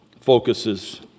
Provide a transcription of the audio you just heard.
focuses